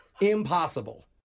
impossible